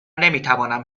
نمیتوانم